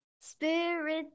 spirit